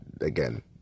Again